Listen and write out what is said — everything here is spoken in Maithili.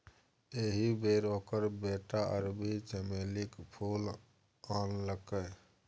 एहि बेर ओकर बेटा अरबी चमेलीक फूल आनलकै